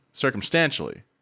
circumstantially